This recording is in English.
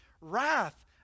wrath